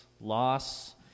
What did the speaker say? loss